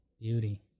beauty